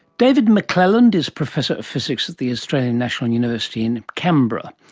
david mcclelland is professor of physics at the australian national university in canberra,